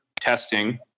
testing